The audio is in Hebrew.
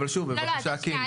אבל שוב בבקשה קים,